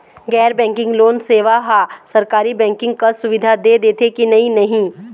गैर banking loan सेवा हा सरकारी बैंकिंग कस सुविधा दे देथे कि नई नहीं?